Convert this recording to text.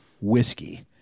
whiskey